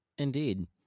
Indeed